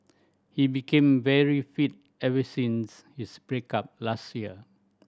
he became very fit ever since his break up last year